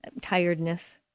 tiredness